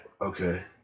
Okay